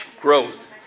growth